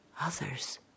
Others